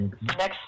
Next